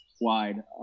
wide